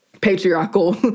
patriarchal